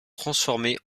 transformée